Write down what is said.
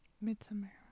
Midsummer